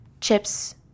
chips